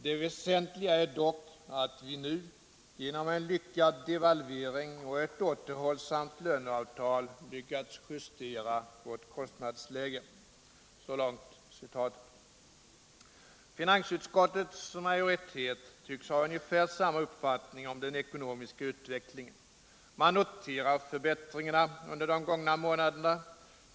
Det väsentliga är dock att vi nu — genom en lyckad devalvering och ett återhållsamt löneavtal — lyckats justera vårt kostnadslä Finansutskottets majoritet tycks ha ungefär samma uppfattning om den ekonomiska utvecklingen. Man noterar förbättringarna under de gångna månaderna.